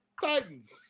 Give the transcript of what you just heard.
Titans